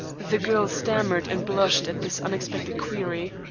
the girl stammered and blushed at this unexpected query.